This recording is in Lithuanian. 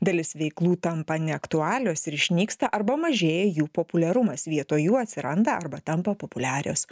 dalis veiklų tampa neaktualios ir išnyksta arba mažėja jų populiarumas vietoj jų atsiranda arba tampa populiarios